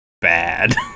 bad